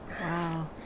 Wow